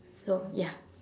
so ya